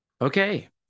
okay